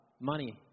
money